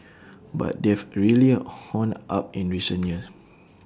but they've really honed up in recent years